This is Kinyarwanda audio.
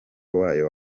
wayo